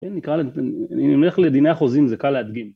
אני נלך לדיני החוזים זה קל להדגים